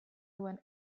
duen